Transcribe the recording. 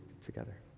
together